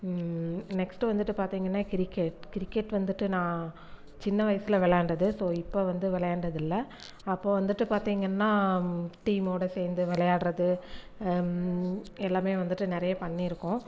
next வந்துட்டு பார்த்திங்கன்னா cricket cricket வந்துட்டு நான் சின்ன வயசில் விளையாண்டது ஸோ இப்போ வந்து விளையாண்டதில்ல அப்போது வந்துட்டு பார்த்திங்கன்னா டீமோடு சேர்ந்து விளையாட்றது எல்லாமே வந்துட்டு நிறைய பண்ணியிருக்கோம்